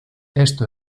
esto